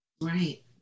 right